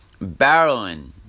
barreling